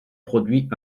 produit